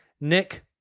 Nick